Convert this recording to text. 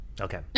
Okay